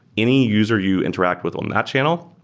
any user you interact with on that channel,